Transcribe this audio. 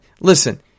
Listen